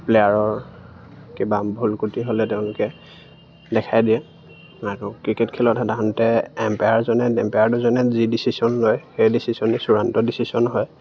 প্লেয়াৰৰ কিবা ভুল ত্ৰুটি হ'লে তেওঁলোকে দেখাই দিয়ে আৰু ক্ৰিকেট খেলত সাধাৰণতে এম্পায়াৰজনে এম্পায়াৰ দুজনে যি ডিচিশ্যন লয় সেই ডিচিশ্যনেই চূড়ান্ত ডিচিশ্যন হয়